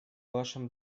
вашем